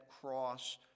cross